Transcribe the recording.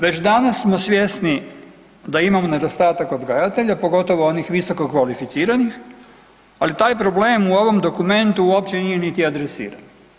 Već danas smo svjesni da imamo nedostatak odgajatelja, pogotovo onih visokokvalificiranih, ali taj problem u ovom dokumentu uopće nije niti adresiran.